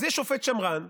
אז יש שופט שמרן,